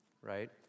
Right